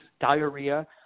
diarrhea